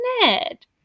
Ned